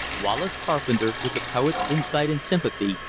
wallace carpenter, with the poet's insight and sympathy,